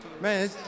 Man